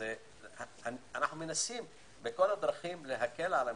אנחנו מנסים בכל הדרכים, להקל על המצוקה.